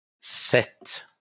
set